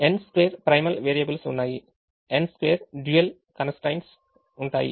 n2 primal variables ఉన్నాయి n2 dual constraints ఉంటాయి